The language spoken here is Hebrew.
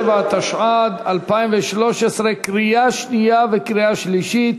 27), התשע"ד 2013, קריאה שנייה וקריאה שלישית.